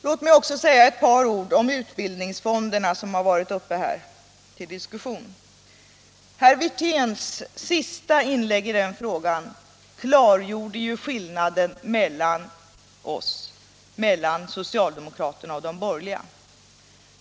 Låt mig även säga några ord om utbildningsfonderna, som här har varit uppe till diskussion. Herr Wirténs senaste inlägg i den frågan klargjorde skillnaden mellan socialdemokraterna och de borgerliga.